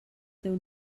teu